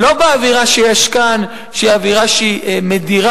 לא באווירה שיש כאן, שהיא אווירה מדירה.